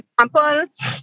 example